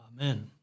Amen